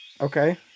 Okay